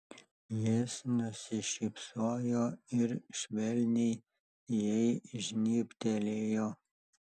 jis nusišypsojo ir švelniai jai žnybtelėjo